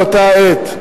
באותה עת.